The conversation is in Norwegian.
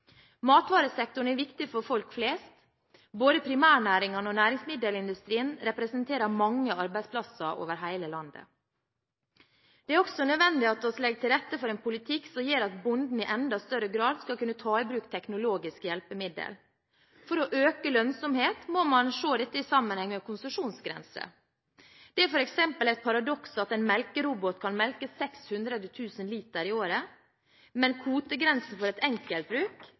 Matvaresektoren er viktig for folk flest. Både primærnæringene og næringsmiddelindustrien representerer mange arbeidsplasser over hele landet. Det er også nødvendig at vi legger til rette for en politikk som gjør at bonden i enda større grad skal kunne ta i bruk teknologiske hjelpemidler. For å øke lønnsomheten må man se dette i sammenheng med konsesjonsgrenser. Det er f.eks. et paradoks at en melkerobot kan melke 600 000 liter i året, mens kvotegrensen for et